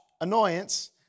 annoyance